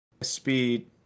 speed